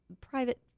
private